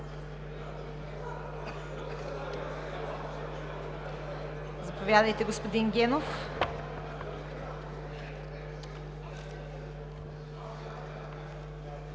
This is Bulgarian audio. Заповядайте, господин Генов.